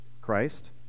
Christ